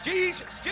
Jesus